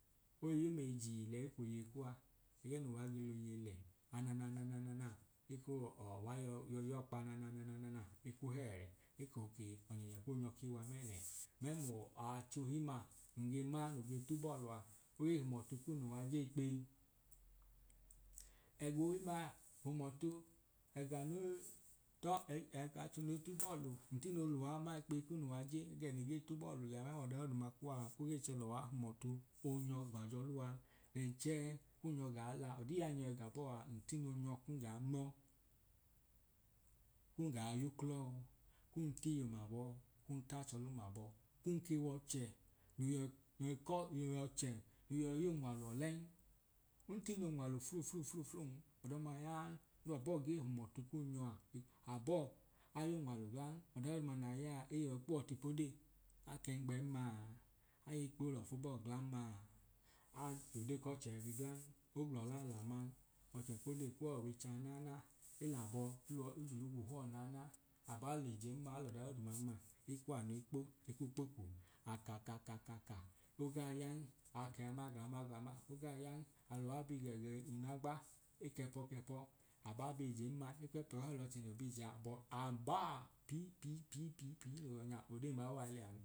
Oi yum eyijii lẹi kwoyeyi kuwa, ẹgẹ nu wa ge loyei lẹ, ananananananana uwa yọi yọkpa anananananana eku hẹẹ, eko kee ọnyọnye ko nyọ kiiwa mẹnẹ mlu achohinma nun ge ma no ge t'ubọlu a, ogee hum ọtu kun luwa je ikpeyi. Ẹg’ohimma hum ọtu, ega no tọ ache noi t’ubọlu n tino luwa ma ikpeyi kun luwa je ẹgẹ nun ge t’ubọlu lẹa me ml’ọda doduma kuwaa oge chẹ luwa hum ọtu nyọ g’ajẹ ọluwa then chẹẹ kun nyọ gaa la. Ọdii yaẹ nun yọi ga bọọ aa? Ntino nyọ kun gaa mọọ, kun gaa y’uklọ kun t’iyum abọ kun tachọ lum abọ kun ke w’ọchẹ no yọi kọ no yọi chọ no yọi y’unwalu ọlẹn, ntin’unwalu fluflufluflun ọdọ ma yaa na bọọ ge hum ọtu kun nyọa, abọọ a yunwalu glan ọdadoduma nai yaa, eyọi kpuwọ ti podee. Akengben maa, ay’ikpẹyi olọfu bọọ glan maa, a jodee kọche uwi glan, ogbl’ọlalọ aman no chẹ kwo dei kuwọ uwii cha nana, elabọ hilo ejilugu huwọ nana aba l’ije nma alọ dadoduman ma ekwuọ anuu kpo ekwu kpo kwu aka ka aka ka ka ogaa yan, akaa ma ga ma ga maa ogaa yan. Aluwu bi ga ẹga in’agba ek’ẹpo k’ẹpo, aba b’ije nma ekw’ẹpọọ he l’ọchẹ no b’ije abọ an baa pii pii pii pii pii no yọ nya odee maa wa yon